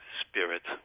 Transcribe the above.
spirit